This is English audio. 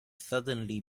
suddenly